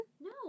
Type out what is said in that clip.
No